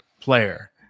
player